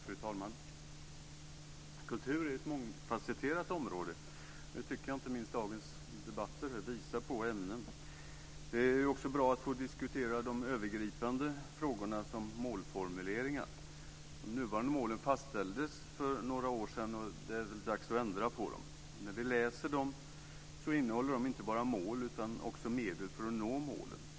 Fru talman! Kultur är ju ett mångfasetterat område, och det tycker jag att inte minst dagens debatter visar på. Men det är också bra att få diskutera de övergripande frågorna såsom målformuleringarna. De nuvarande målen fastställdes för några år sedan, och det är dags att ändra på dem. När vi läser dem anger de inte bara mål utan också medel för att nå målen.